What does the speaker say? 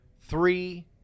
three